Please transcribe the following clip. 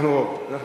אנחנו רוב כאן.